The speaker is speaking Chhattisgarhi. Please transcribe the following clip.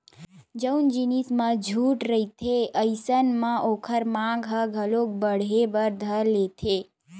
जउन जिनिस म छूट रहिथे अइसन म ओखर मांग ह घलो बड़हे बर धर लेथे